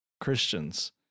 Christians